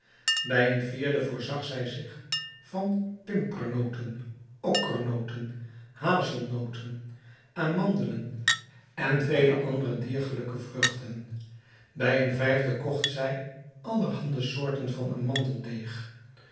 bij een vierde voorzag zij zich van pimpernoten okkernoten hazelnoten amandelen en vele andere diergelijke vruchten bij een vijfde kocht zij allerhande soorten van